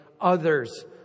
others